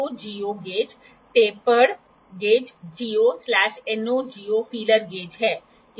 वे भी jig boring मशीनों के इंकलाइन टेबल सेट करने और एंगयुलर नौकरियां मशीनिंग के लिए सतह पीसने के लिए उपयोग किया जाता है